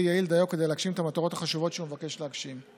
יעיל דיו להגשים את המטרות החשובות שהוא מבקש להגשים.